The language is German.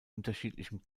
unterschiedlichem